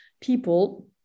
people